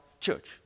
church